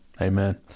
Amen